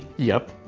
yep.